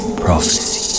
prophecy